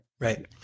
Right